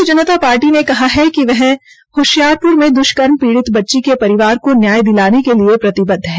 भारतीय जनता पार्टी ने कहा है कि वह होशियारपुर में दुष्कर्म पीड़ित बच्ची के परिवार को न्याय दिलाने के लिए प्रतिबद्ध है